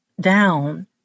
down